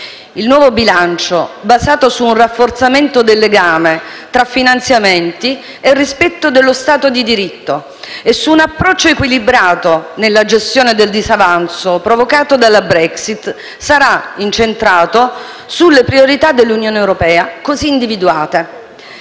Il nuovo bilancio, basato su un rafforzamento del legame tra finanziamenti e rispetto dello stato di diritto, e su un approccio equilibrato nella gestione del disavanzo provocato dalla Brexit, sarà incentrato sulle priorità dell'Unione europea, così individuate: